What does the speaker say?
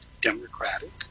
democratic